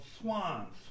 Swans